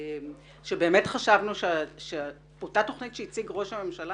אומר שבאמת חשבנו שאותה תוכנית שהציג ראש הממשלה